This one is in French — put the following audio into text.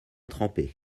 trempé